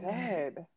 good